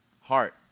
heart